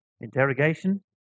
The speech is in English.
interrogation